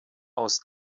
aus